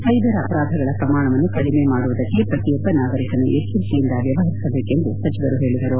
cyber ಅಪರಾಧಗಳ ಪ್ರಮಾಣವನ್ನು ಕಡಿಮೆ ಮಾಡುವುದಕ್ಕೆ ಪ್ರತಿಯೊಬ್ಬ ನಾಗರಿಕನೂ ಎಚ್ಚರಿಕೆಯಿಂದ ವ್ಯವಹರಿಸಬೇಕು ಎಂದು ಸಚಿವರು ಹೇಳಿದರು